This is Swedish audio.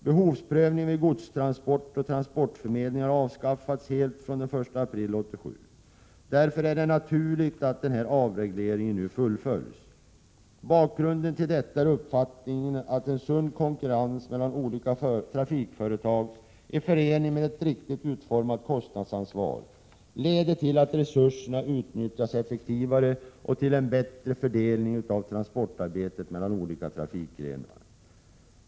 Behovsprövningen vid godstransporter och transportförmedling har avskaffats helt fr.o.m. den 1 april 1987. Det vore därför naturligt om denna avreglering fullföljdes. Bakgrunden till detta är uppfattningen att en sund konkurrens mellan olika trafikföretag i förening med ett riktigt utformat kostnadsansvar leder till att resurserna utnyttjas effektivare. Det leder också till en bättre fördelning av transportarbetet mellan olika trafikgrenar.